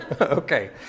okay